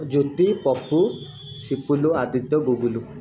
Jyoti Pappu Sipul Aditya Gugulu